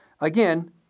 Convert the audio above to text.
Again